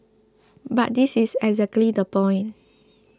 but that is exactly the point